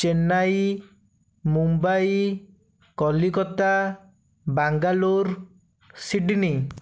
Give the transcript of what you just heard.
Chennai Mumbai Calcutta Bangalore Sydney